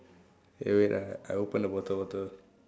eh wait ah I open the water bottle